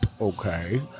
okay